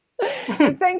Thank